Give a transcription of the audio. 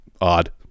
odd